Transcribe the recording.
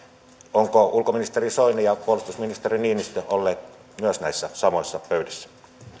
ovatko ulkoministeri soini ja puolustusministeri niinistö olleet myös näissä samoissa pöydissä